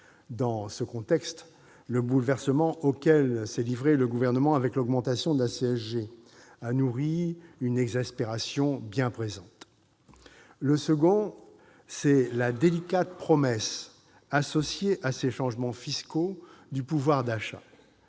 Dans ce contexte, le bouleversement auquel s'est livré le Gouvernement avec l'augmentation de la CSG a nourri une exaspération bien présente. Le deuxième élément, c'est la délicate promesse, associée à ces changements fiscaux, du pouvoir d'achat.